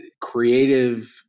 creative